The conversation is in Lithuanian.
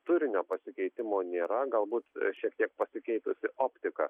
turinio pasikeitimo nėra galbūt šiek tiek pasikeitusi optika